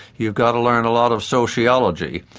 you've got to learn a lot of sociology.